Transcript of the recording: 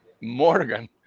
Morgan